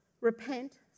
repent